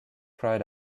cried